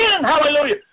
Hallelujah